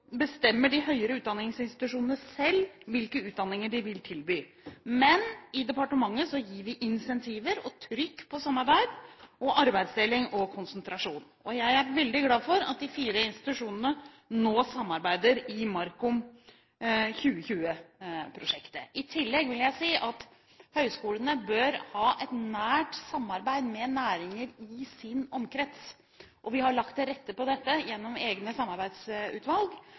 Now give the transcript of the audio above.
bestemmer de høyere utdanningsinstitusjonene selv hvilke utdanninger de vil tilby, men i departementet gir vi insentiver og trykk på samarbeid, arbeidsdeling og konsentrasjon. Jeg er veldig glad for at de fire institusjonene nå samarbeider i MARKOM2020-prosjektet. I tillegg vil jeg si at høyskolene bør ha et nært samarbeid med næringer i sitt område. Vi har lagt til rette for dette gjennom egne samarbeidsutvalg,